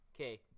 Okay